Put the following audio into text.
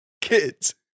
kids